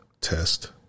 test